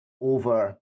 over